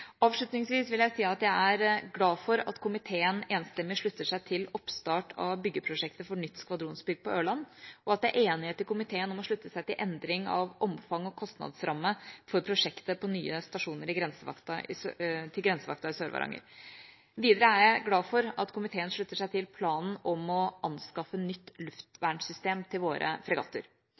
Avslutningsvis vil jeg si at jeg er glad for at komiteen enstemmig slutter seg til oppstart av byggeprosjektet for nytt skvadronsbygg på Ørlandet, og at det er enighet i komiteen om å slutte seg til endring av omfang og kostnadsramme for prosjektet for nye stasjoner til grensevakta i Sør-Varanger. Videre er jeg glad for at komiteen slutter seg til planen om å anskaffe et nytt luftvernsystem til våre fregatter.